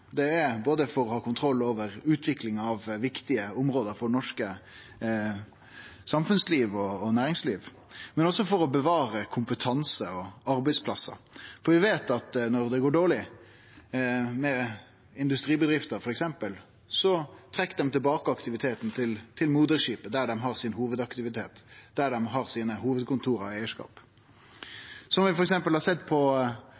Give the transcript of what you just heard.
både for å ha kontroll over utviklinga av viktige område for norsk samfunnsliv og næringsliv, og for å bevare kompetanse og arbeidsplassar. For vi veit at når det går dårleg med f.eks. industribedrifter, trekkjer dei tilbake aktiviteten til «moderskipet» der dei har hovudaktiviteten sin, der dei har hovudkontora sine og eigarskapen sin. Det har ein f.eks. sett på